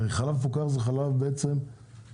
הרי חלק מפוקח זה חלק בעצם זול,